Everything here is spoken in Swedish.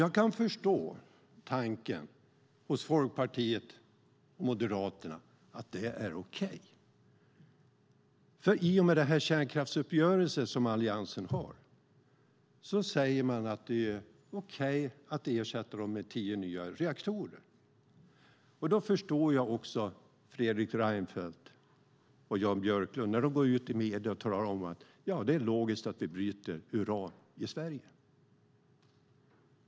Jag kan förstå tanken hos Folkpartiet och Moderaterna om att det är okej. I och med kärnkraftsuppgörelsen som Alliansen har säger man att det är okej och att man ersätter de gamla reaktorerna med tio nya reaktorer. Då förstår jag Fredrik Reinfeldt och Jan Björklund när de går ut i medierna och talar om att det är logiskt att vi bryter uran i Sverige.